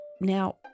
Now